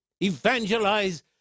evangelize